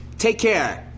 take care.